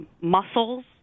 muscles